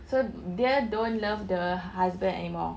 so dia don't love the husband anymore